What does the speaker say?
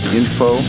info